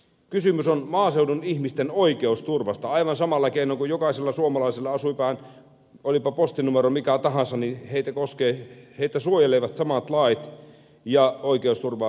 kysymys on maaseudun ihmisten oikeusturvasta aivan samalla keinoin kuin jokaista suomalaista olipa postinumero mikä tahansa suojelevat samat lait ja oikeusturva